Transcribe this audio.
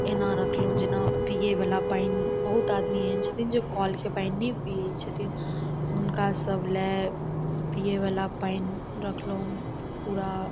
एना रखलहुॅं जेना पीयै बला पानि बहुत आदमी एहन छथिन जे कऽलके पानि नहि पीयै छथिन हुनका सबलए पीयैबला पानि रखलहुॅं पूरा